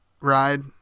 ride